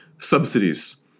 subsidies